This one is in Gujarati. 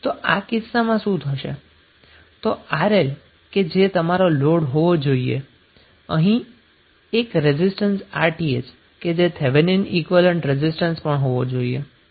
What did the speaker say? તો RL કે જે તમારો લોડ હોવો જોઈએ અને અહીં એક રેઝિસ્ટન્સ Rth કે જે થેવેનિન ઈક્વીવેલેન્ટ રેઝિસ્ટન્સ પણ હોવો જોઈએ